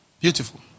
beautiful